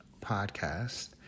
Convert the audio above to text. podcast